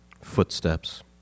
footsteps